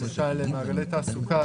למשל מעגלי תעסוקה,